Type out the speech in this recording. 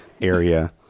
area